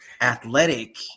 athletic